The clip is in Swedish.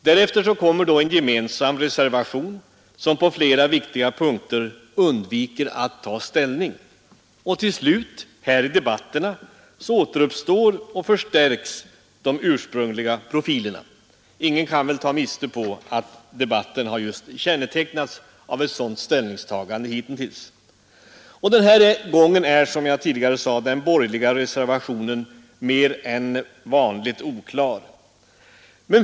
Därefter kommer en gemensam reservation som på flera viktiga punkter undviker att ta ställning. Till slut här i debatterna återuppstår och förstärks de ursprungliga profilerna. Ingen kan väl ta miste på att debatten har kännetecknats av ett sådant ställningstagande hittills. Den här gången är, som jag sade, den borgerliga reservationen mer än vanligt oklar.